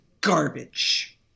garbage